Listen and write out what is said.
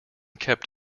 kept